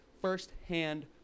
first-hand